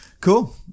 cool